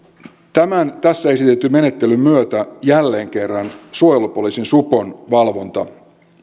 tämän tässä esitetyn menettelyn myötä jälleen kerran suojelupoliisin supon valvonta